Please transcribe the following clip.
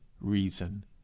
Reason